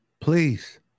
please